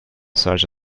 such